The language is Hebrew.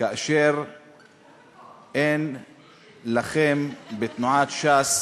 כאשר אין לכם בתנועת ש"ס